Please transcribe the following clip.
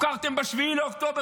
הפקרתם ב-7 באוקטובר,